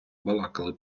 балакали